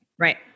Right